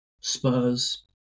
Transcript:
Spurs